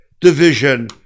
division